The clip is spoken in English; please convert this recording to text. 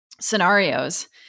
scenarios